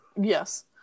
yes